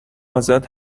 آزاد